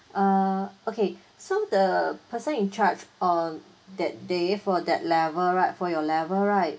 err okay so the person in charge on that day for that level right for your level right